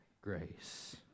grace